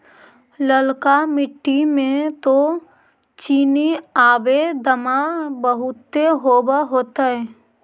ललका मिट्टी मे तो चिनिआबेदमां बहुते होब होतय?